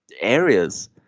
areas